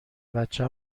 بچه